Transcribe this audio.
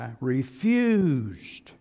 refused